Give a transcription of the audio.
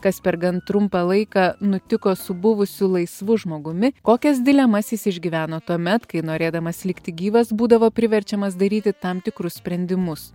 kas per gan trumpą laiką nutiko su buvusiu laisvu žmogumi kokias dilemas jis išgyveno tuomet kai norėdamas likti gyvas būdavo priverčiamas daryti tam tikrus sprendimus